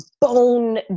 bone